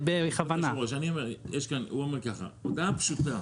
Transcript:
הוא אומר שהודעה פשוטה,